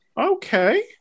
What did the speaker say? Okay